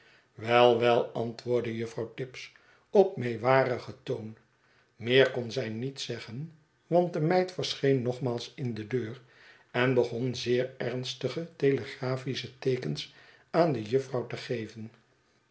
wei wel antwoordde juffrouw tibbs op meewarigen toon meer kon zij niet zeggen want de meid verscheen nogmaals in de deur en begon zeer ernstige telegrafische teekens aan de juffrouw te geven